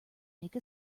make